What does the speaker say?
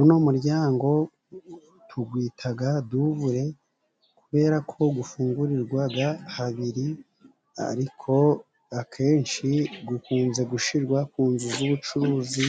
Uno muryango tuwita dubule, kubera ko ufungurirwa habiri, ariko akenshi ukunze gushirwa ku nzu z' ubucuruzi,